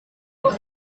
book